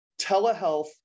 telehealth